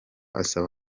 asaba